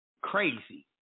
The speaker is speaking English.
crazy